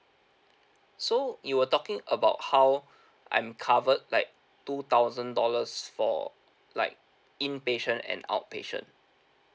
so you were talking about how I'm covered like two thousand dollars for like inpatient and outpatient